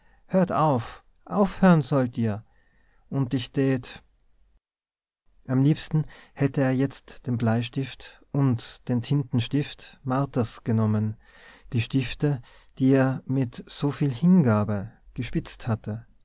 hört auf aufhören sollt ihr und ich tät am liebsten hätte er jetzt den bleistift und den tintenstift marthas genommen die stifte die er mit so viel hingabe gespitzt hatte